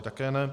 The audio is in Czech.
Také ne.